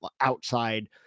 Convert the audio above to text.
outside